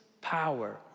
power